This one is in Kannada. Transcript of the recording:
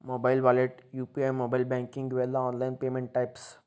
mobile wallet UPI mobile banking ಇವೆಲ್ಲ ಆನ್ಲೈನ್ ಪೇಮೆಂಟ್ ಟೈಪ್ಸ್